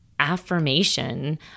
affirmation